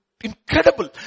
incredible